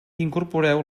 incorporeu